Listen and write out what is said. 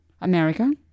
America